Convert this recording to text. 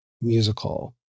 Musical